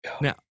Now